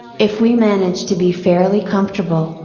if we manage to be fairly comfortable,